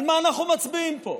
על מה אנחנו מצביעים פה,